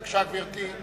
בבקשה, גברתי.